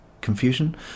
confusion